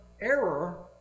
error